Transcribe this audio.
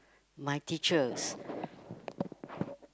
my teachers